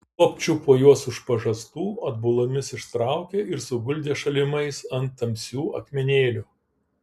galop čiupo juos už pažastų atbulomis ištraukė ir suguldė šalimais ant tamsių akmenėlių